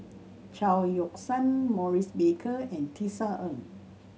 Chao Yoke San Maurice Baker and Tisa Ng